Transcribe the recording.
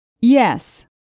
Yes